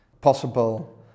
possible